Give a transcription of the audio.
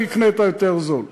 אני אקנה את הזול יותר.